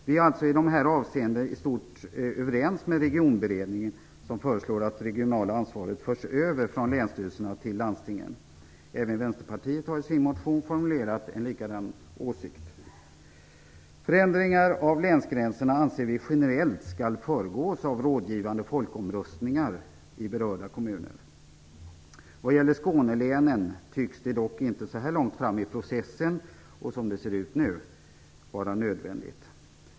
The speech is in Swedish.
Vi är alltså i de här avseendena i stort sett överens med Även Vänsterpartiet har i sin motion formulerat en likadan åsikt. Förändringar av länsgränserna anser vi generellt skall föregås av rådgivande folkomröstningar i berörda kommuner. Vad gäller Skånelänen tycks det dock inte som det ser ut nu så här långt fram i processen att vara nödvändigt.